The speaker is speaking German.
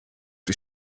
die